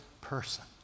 person